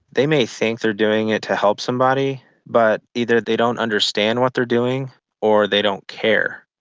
they may think they're doing it to help somebody but either they don't understand what they're doing or they don't care.